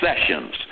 Sessions